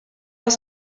aus